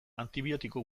antibiotiko